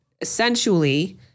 essentially